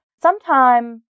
Sometime